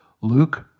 Luke